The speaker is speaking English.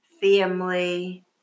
family